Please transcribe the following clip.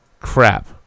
Crap